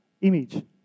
image